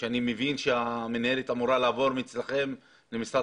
אני מבין שהמינהלת אמורה לעבור מכם למשרד